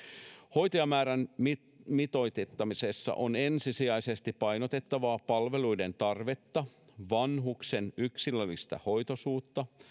hoitajamäärän mitoittamisessa on ensisijaisesti painotettava palveluiden tarvetta vanhuksen yksilöllistä hoitoisuutta